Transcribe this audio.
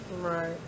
Right